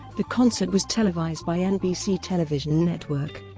the concert was televised by nbc television network.